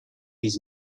his